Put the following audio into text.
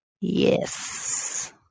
Yes